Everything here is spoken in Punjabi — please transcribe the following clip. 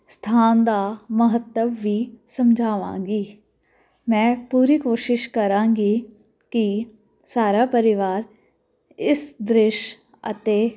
ਸਥਾਨ ਦਾ ਮਹੱਤਵ ਵੀ ਸਮਝਾਵਾਂਗੀ ਮੈਂ ਪੂਰੀ ਕੋਸ਼ਿਸ਼ ਕਰਾਂਗੀ ਕਿ ਸਾਰਾ ਪਰਿਵਾਰ ਇਸ ਦ੍ਰਿਸ਼ ਅਤੇ